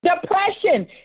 Depression